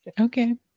Okay